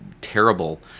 terrible